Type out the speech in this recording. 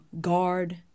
guard